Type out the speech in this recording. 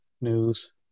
news